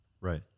right